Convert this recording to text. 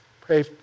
pray